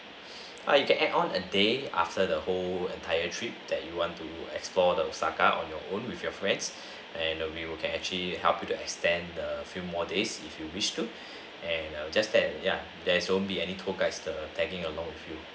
uh you can add on a day after the whole entire trip that you want to explore the osaka on your own with your friends and we will can actually help you to extend a few more days if you wish to and just that ya there's won't be any tour guides the tagging along with you